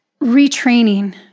retraining